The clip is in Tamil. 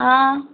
ஆ